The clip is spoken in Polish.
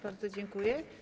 Bardzo dziękuję.